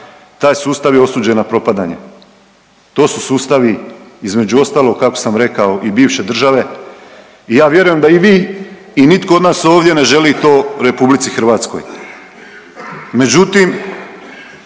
taj sustav je osuđen na propadanje. To su sustavi između ostalog kako sam rekao i bivše države i ja vjerujem da i vi i nitko od nas ovdje ne želi to Republici Hrvatskoj.